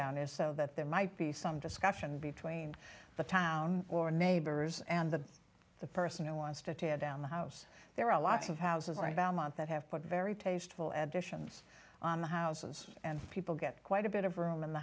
is so that there might be some discussion between the town or neighbors and the the person who wants to tear down the house there are lots of houses where about a month that have put very tasteful additions on the houses and people get quite a bit of room in the